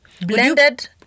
blended